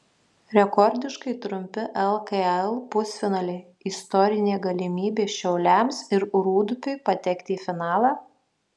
rekordiškai trumpi lkl pusfinaliai istorinė galimybė šiauliams ir rūdupiui patekti į finalą